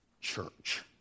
Church